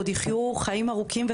עוד יחיו חיים ארוכים,